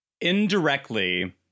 Indirectly